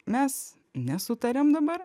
mes nesutariam dabar